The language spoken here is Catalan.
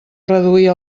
reduir